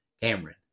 Cameron